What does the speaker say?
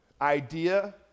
idea